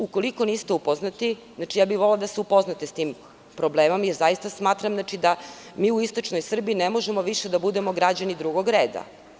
Ukoliko niste upoznati, volela bih da se upoznate sa tim problemom, jer zaista smatram da mi u istočnoj Srbiji ne možemo više da budemo građani drugog reda.